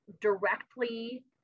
directly